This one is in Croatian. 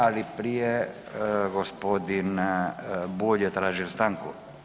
Ali prije gospodin Bulj je tražio stanku.